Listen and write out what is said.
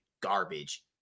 garbage